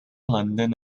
london